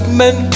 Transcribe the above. men